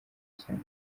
cyane